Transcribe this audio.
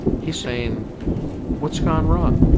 he's saying what's gone wrong?